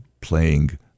playing